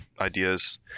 ideas